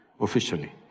officially